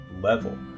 level